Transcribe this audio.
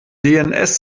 dns